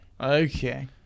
Okay